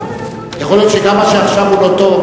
יכול להיות שגם מה שעכשיו הוא לא טוב,